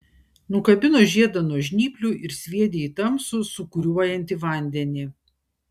nukabino žiedą nuo žnyplių ir sviedė į tamsų sūkuriuojantį vandenį